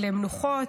למנוחות.